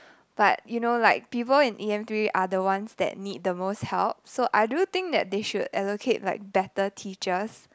but you know like people in e_m three are the ones that need the most help so I do think that they should allocate like better teachers